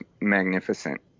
magnificent